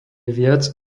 viac